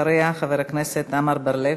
אחריה חבר הכנסת עמר בר-לב.